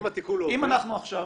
אם התיקון לא עובר,